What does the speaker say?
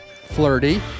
Flirty